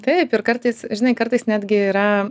taip ir kartais žinai kartais netgi yra